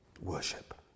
worship